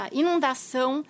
inundação